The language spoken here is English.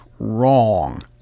wrong